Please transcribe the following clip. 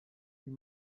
you